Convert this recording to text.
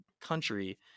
country